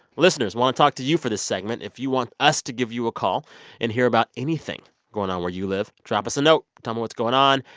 listeners, we want talk to you for this segment. if you want us to give you a call and hear about anything going on where you live, drop us a note, tell me what's going on,